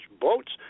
boats